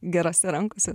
gerose rankose